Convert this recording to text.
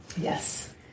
Yes